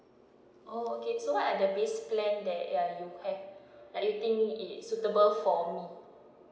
orh okay so what are the base plan that ya you have like you think is suitable for me